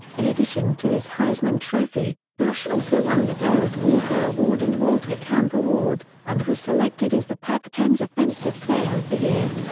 in addition to his heisman trophy, bush also won the doak walker award and walter camp award, and was selected as the pac ten s offensive player of the year.